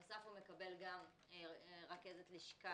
בנוסף הוא מקבל גם רכזת לשכה.